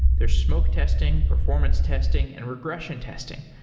there's smoke testing, performance testing and regression testing.